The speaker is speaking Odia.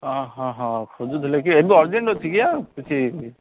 ହଁ ହଁ ଖୋଜୁଥିଲେ କି ଏବେ ଅରଜେଣ୍ଟ୍ ଅଛି କି ଆଉ କିଛି